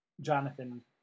Jonathan